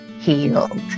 healed